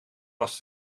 was